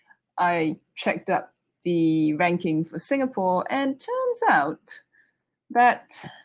i checked up the ranking for singapore and turns out that